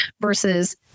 versus